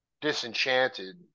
disenchanted